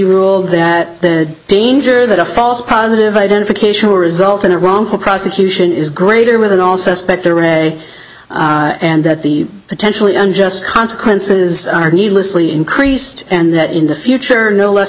ruled that the danger that a false positive identification will result in a wrongful prosecution is greater than all suspect there may and that the potentially unjust consequences are needlessly increased and that in the future no less